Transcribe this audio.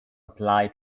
apply